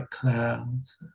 clouds